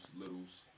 Littles